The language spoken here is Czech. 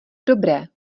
dobré